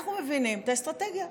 אנחנו מבינים את האסטרטגיה.